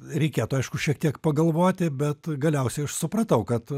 reikėtų aišku šiek tiek pagalvoti bet galiausiai aš supratau kad